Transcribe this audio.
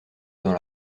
dans